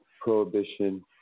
prohibition